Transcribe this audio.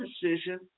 decision